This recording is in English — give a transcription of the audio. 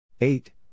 Eight